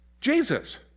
Jesus